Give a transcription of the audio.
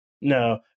No